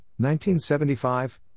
1975